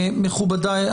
מכובדיי,